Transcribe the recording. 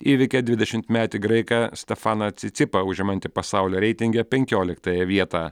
įveikė dvidešimtmetį graiką stefaną cicipą užimantį pasaulio reitinge penkioliktąją vietą